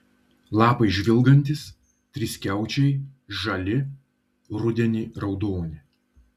lapai žvilgantys triskiaučiai žali rudenį raudoni